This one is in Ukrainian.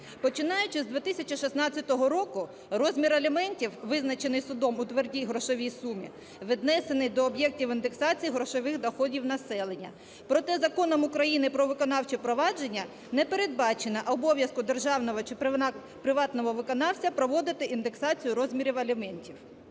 Починаючи з 2016 року розмір аліментів, визначений судом у твердій грошовій сумі, віднесений до об'єктів індексації грошових доходів населення. Проте Законом України "Про виконавче провадження" не передбачено обов'язку державного чи приватного виконавця проводити індексацію розмірів аліментів.